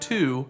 Two